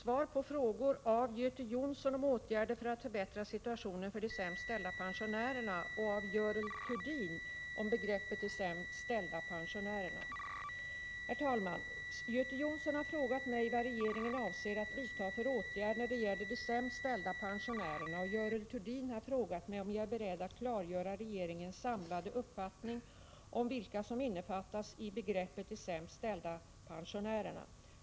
Herr talman! Göte Jonsson har frågat mig vad regeringen avser att vidta för åtgärd när det gäller de sämst ställda pensionärerna, och Görel Thurdin har frågat mig om jag är beredd att klargöra regeringens samlade uppfattning om vilka som innefattas i begreppet ”de sämst ställda pensionärerna”.